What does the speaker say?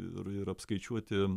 ir ir apskaičiuoti